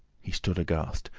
he stood aghast.